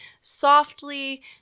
softly